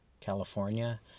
California